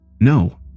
No